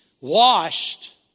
washed